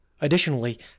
Additionally